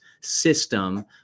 system